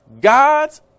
God's